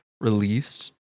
released